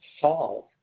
solve